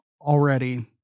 already